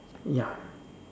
ya